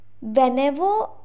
Whenever